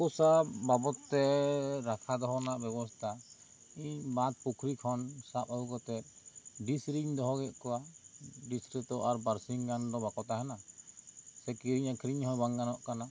ᱦᱟᱹᱠᱩ ᱥᱟᱵ ᱵᱟᱵᱚᱛ ᱛᱮ ᱨᱟᱠᱷᱟ ᱫᱚᱦᱚ ᱨᱮᱱᱟᱜ ᱵᱮᱵᱚᱥᱛᱷᱟ ᱤᱧ ᱵᱟᱹᱫᱽ ᱯᱩᱠᱷᱨᱤ ᱠᱷᱚᱱ ᱥᱟᱵ ᱟᱹᱜᱩ ᱠᱟᱛᱮ ᱰᱤᱥ ᱨᱮᱧ ᱫᱚᱦᱚ ᱠᱮᱫ ᱠᱚᱣᱟ ᱰᱤᱥ ᱨᱮ ᱫᱚ ᱟᱨ ᱵᱟᱨ ᱥᱤᱧ ᱜᱟᱱ ᱫᱚ ᱵᱟᱠᱚ ᱛᱟᱦᱮᱱᱟ ᱥᱮ ᱠᱤᱨᱤᱧ ᱟᱠᱷᱨᱤᱧ ᱦᱚᱸ ᱵᱟᱝ ᱜᱟᱱᱚᱜ ᱠᱟᱱᱟ